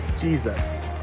Jesus